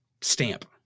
Stamp